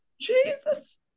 Jesus